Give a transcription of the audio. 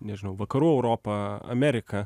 nežinau vakarų europa amerika